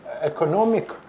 economic